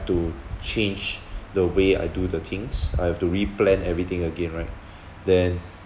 to change the way I do the things I've to replan everything again right then